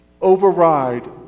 override